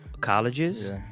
colleges